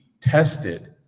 tested